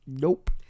nope